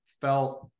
felt